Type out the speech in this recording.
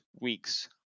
weeks